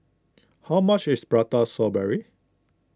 how much is Prata Strawberry